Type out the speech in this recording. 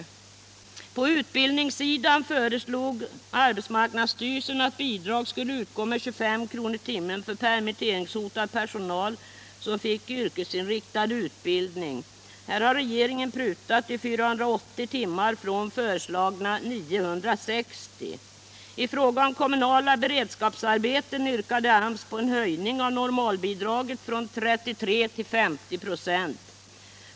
När det gäller utbildningen föreslog arbetsmarknadsstyrelsen att bidrag skulle utgå med 25 kr. i timmen för permitteringshotad personal som fick yrkesinriktad utbildning. Här har regeringen prutat från föreslagna 960 timmar till 480. I fråga om kommunala beredskapsarbeten yrkade AMS på en höjning av normalbidraget från 33 till 50 96.